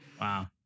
Wow